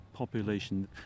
population